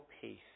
peace